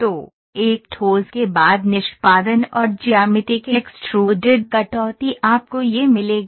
तो एक ठोस के बाद निष्पादन और ज्यामिति के extruded कटौती आपको यह मिलेगा